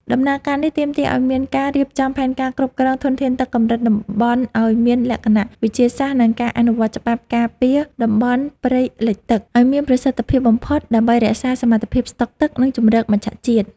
ដំណើរការនេះទាមទារឱ្យមានការរៀបចំផែនការគ្រប់គ្រងធនធានទឹកកម្រិតតំបន់ឱ្យមានលក្ខណៈវិទ្យាសាស្ត្រ និងការអនុវត្តច្បាប់ការពារតំបន់ព្រៃលិចទឹកឱ្យមានប្រសិទ្ធភាពបំផុត ដើម្បីរក្សាសមត្ថភាពស្តុកទឹក និងជម្រកមច្ឆជាតិ។